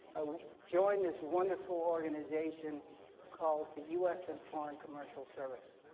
i joined this wonderful organization called the u s. and foreign commercial services